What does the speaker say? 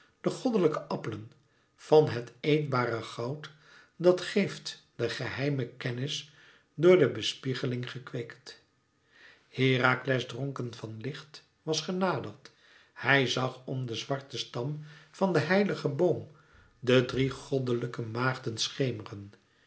de goddelijke appelen van het eetbare goud dat geeft de geheime kennis door de bespiegeling gekweekt herakles dronken van licht was genaderd hij zag om den zwaren stam van den heiligen boom de drie goddelijke maagden